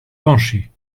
pencher